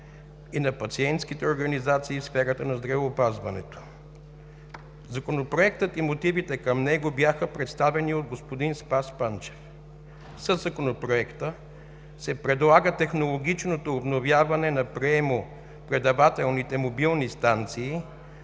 и на пациентските организации в сферата на здравеопазването. Законопроектът и мотивите към него бяха представени от господин Спас Панчев. Със Законопроекта се предлага технологичното обновяване на приемо-предавателните мобилни станции